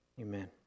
Amen